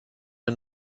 ein